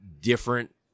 different